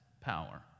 power